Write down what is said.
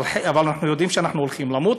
אבל אנחנו יודעים שאנחנו הולכים למות,